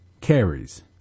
carries